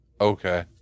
Okay